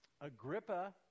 Agrippa